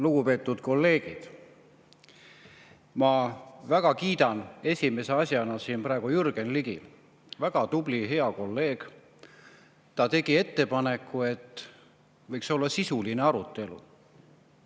Lugupeetud kolleegid! Ma väga kiidan esimese asjana siin praegu Jürgen Ligit, väga tubli ja hea kolleeg. Ta tegi ettepaneku, et võiks olla sisuline arutelu,